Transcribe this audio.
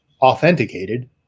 authenticated